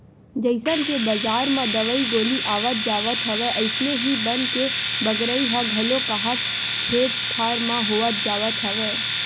जइसन के बजार म दवई गोली आवत जावत हवय अइसने ही बन के बगरई ह घलो काहक खेत खार म होवत जावत हवय